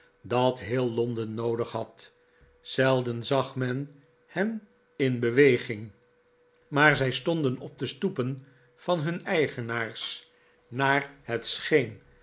dat heel londen noodig had zelden zag men hen in beweging maar zij stonden op de stoepen van hun eigenaars naar het